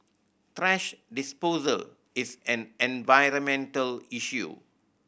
thrash disposal is an environmental issue